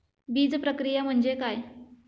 बीजप्रक्रिया म्हणजे काय?